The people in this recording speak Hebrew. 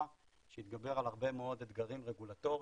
שהתגבר על הרבה מאוד אתגרים רגולטוריים.